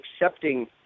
accepting